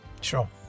Sure